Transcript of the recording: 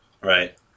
Right